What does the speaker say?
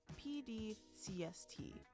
P-D-C-S-T